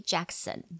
Jackson